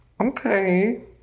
Okay